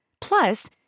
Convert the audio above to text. Plus